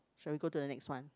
shall we go to the next one